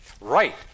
Right